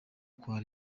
kwa